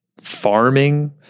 farming